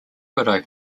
widow